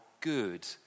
good